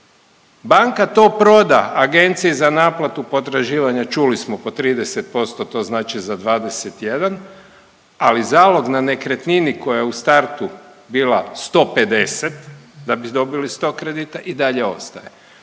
Banka to proda agenciji za naplatu potraživanja, čuli smo po 30%, to znači za 21, ali zalog na nekretnini koja je u startu bila 150 da bi dobili 100 kredita i dalje ostaje.